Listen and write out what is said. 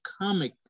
comic